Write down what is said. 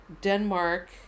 Denmark